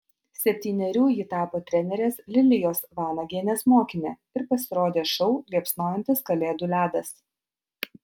septynerių ji tapo trenerės lilijos vanagienės mokine ir pasirodė šou liepsnojantis kalėdų ledas